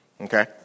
Okay